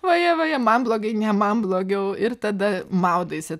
vaje vaje man blogai ne man blogiau ir tada maudaisi